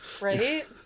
right